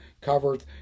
covered